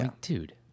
dude